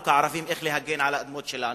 דרך להגן על האדמות שלנו,